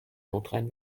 nordrhein